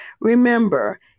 remember